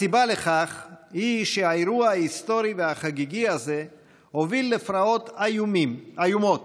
הסיבה לכך היא שהאירוע ההיסטורי והחגיגי הזה הוביל לפרעות איומות